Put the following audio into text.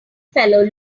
fellow